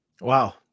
Wow